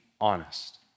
honest